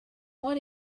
what